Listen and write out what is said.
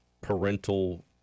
parental